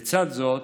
לצד זאת,